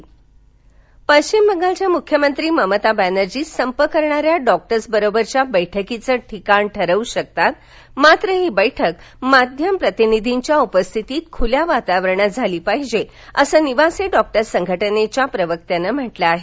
doctor संप पश्चिम बंगालच्या मुख्यमंत्री ममता बर्फ्री संप करणाऱ्या डॉक्टर्सबरोबरच्या बैठकीचं ठिकाण ठरवू शकतात मात्र ही बैठक माध्यम प्रतिनिधींच्या उपस्थितीत खुल्या वातावरणात झाली पाहिजे असं निवासी डॉक्टर संघटनेच्या प्रवक्त्यानं म्हटलं आहे